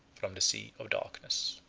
from the sea of darkness.